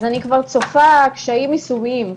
אני כבר צופה קשיים יישומיים.